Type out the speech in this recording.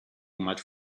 much